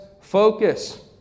focus